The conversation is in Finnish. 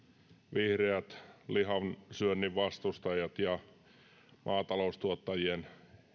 vihreät lihansyönnin vastustajat ja maataloustuottajien